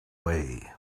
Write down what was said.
way